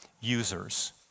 users